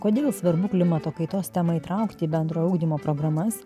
kodėl svarbu klimato kaitos temą įtraukti į bendrojo ugdymo programas